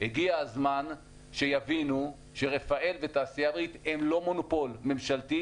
הגיע הזמן שיבינו שרפאל והתעשייה האווירית הם לא מונופול ממשלתי,